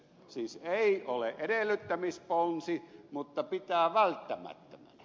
siis tämä ei ole edellyttämisponsi mutta pidetään välttämättömänä